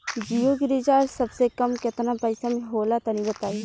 जियो के रिचार्ज सबसे कम केतना पईसा म होला तनि बताई?